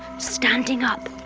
standing up,